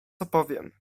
opowiem